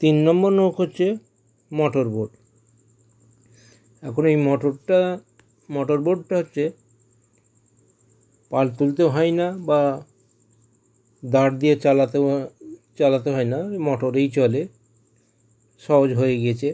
তিন নম্বর নৌকো হচ্ছে মোটর বোট এখন এই মোটরটা মোটর বোটটা হচ্ছে পাল তুলতে হয় না বা দাঁড় দিয়ে চালাতেও চালাতে হয় না মোটরেই চলে সহজ হয়ে গিয়েছে